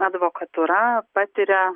advokatūra patiria